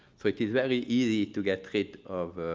so it is very easy to get rid of